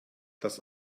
das